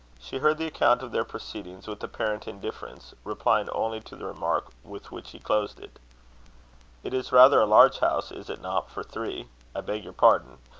she heard the account of their proceedings with apparent indifference, replying only to the remark with which he closed it it is rather a large house, is it not, for three i beg your pardon,